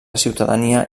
ciutadania